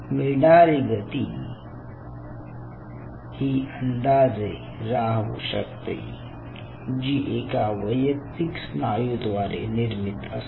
मिळणारी गती ही अंदाजे राहू शकते जी एका वैयक्तिक स्नायू द्वारे निर्मीत असते